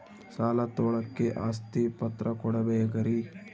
ಸಾಲ ತೋಳಕ್ಕೆ ಆಸ್ತಿ ಪತ್ರ ಕೊಡಬೇಕರಿ?